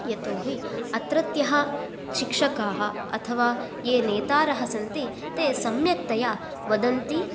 यतोहि अत्रत्यः शिक्षका अथवा ये नेतारः सन्ति ते सम्यक्तया वदन्ति